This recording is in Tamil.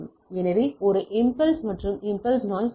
எனவே ஒரு இம்பல்ஸ் மற்றும் இம்பல்ஸ் நாய்ஸ் உள்ளது